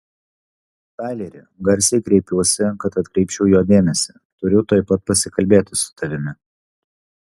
taileri garsiai kreipiuosi kad atkreipčiau jo dėmesį turiu tuoj pat pasikalbėti su tavimi